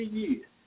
years